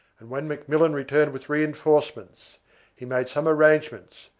and when mcmillan returned with reinforcements he made some arrangements,